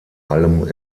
allem